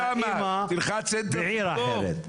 והאימא בעיר אחרת.